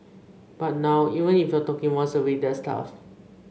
but now even if you're talking once a week that's tough